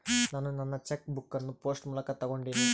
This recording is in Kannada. ನಾನು ನನ್ನ ಚೆಕ್ ಬುಕ್ ಅನ್ನು ಪೋಸ್ಟ್ ಮೂಲಕ ತೊಗೊಂಡಿನಿ